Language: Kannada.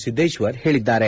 ಸಿದ್ಲೇಶ್ವರ್ ಹೇಳಿದ್ದಾರೆ